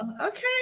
Okay